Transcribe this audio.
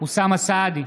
אוסאמה סעדי,